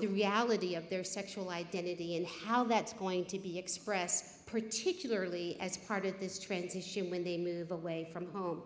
the reality of their sexual identity and how that's going to be expressed particularly as part of this transition when they move away from home